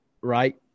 right